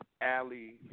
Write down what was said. alley